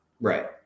Right